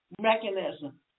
mechanism